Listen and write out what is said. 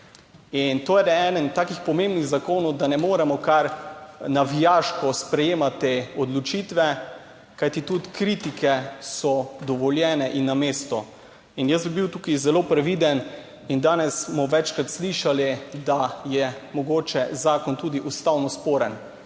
In to je le eden takih pomembnih zakonov, da ne moremo kar navijaško sprejemati odločitve, kajti tudi kritike so dovoljene in na mestu in jaz bi bil tukaj zelo previden. In danes smo večkrat slišali, da je mogoče zakon tudi ustavno sporen.